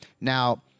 Now